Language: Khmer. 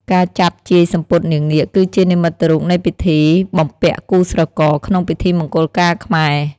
ការចាប់ជាយសំពត់នាងនាគ គឺជានិមិត្តរូបនៃពិធី បំពាក់គូស្រករ ក្នុងពិធីមង្គលការខ្មែរ។